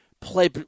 play